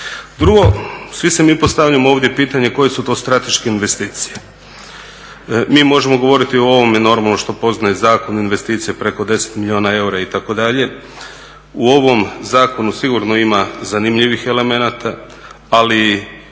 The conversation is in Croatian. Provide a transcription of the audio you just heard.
Drugo, svi si mi postavljamo ovdje pitanje koje su to strateške investicije. Mi možemo govoriti o ovome normalno što poznaje zakon, investicije preko 10 milijuna eura itd. U ovom zakonu sigurno ima zanimljivih elemenata, ali